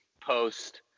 post